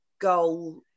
goal